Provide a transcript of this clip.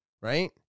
right